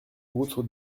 route